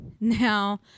Now